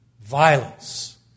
violence